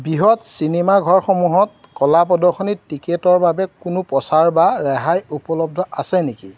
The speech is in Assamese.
বৃহৎ চিনেমাঘৰসমূহত কলা প্ৰদৰ্শনীত টিকটৰ বাবে কোনো প্ৰচাৰ বা ৰেহাই উপলব্ধ আছে নেকি